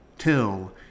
till